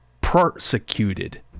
persecuted